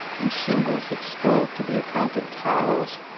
and shingles that strove to be accounted tiles.